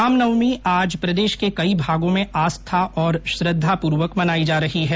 राम नवमी आज प्रदेश के कई भागों में आस्था और श्रद्धापूर्वक मनाई जा रही है